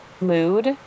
mood